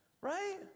right